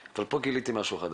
פה גיליתי משהו חדש,